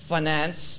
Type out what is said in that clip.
Finance